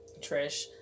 Trish